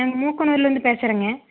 நாங்கள் மூக்கனூரிலருந்து பேசுகிறேங்க